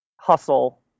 hustle